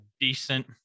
decent